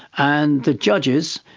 and the judges,